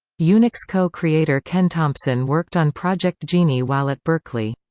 unix co-creator ken thompson worked on project genie while at berkeley.